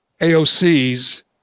AOC's